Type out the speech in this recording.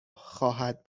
خواهد